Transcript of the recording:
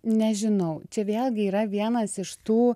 nežinau čia vėlgi yra vienas iš tų